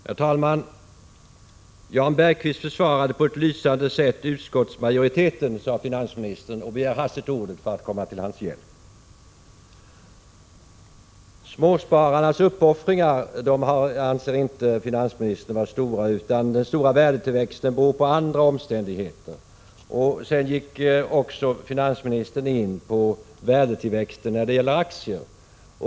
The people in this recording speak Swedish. Herr talman! Jan Bergqvist försvarade på ett lysande sätt utskottsmajoriteten, sade finansministern då han hastigt begärde ordet för att komma till Jan Bergqvists hjälp. Småspararnas uppoffringar anser finansministern inte vara särskilt betydande, utan den stora värdetillväxten beror på andra omständigheter. Finansministern gick också in på värdetillväxten när det gäller aktier.